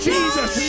Jesus